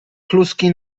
kluski